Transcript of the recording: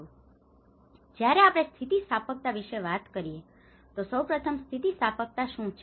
તેથી જ્યારે આપણે સ્થિતિસ્થાપકતા વિશે વાત કરીએ તો સૌ પ્રથમ સ્થિતિસ્થાપકતા શુ છે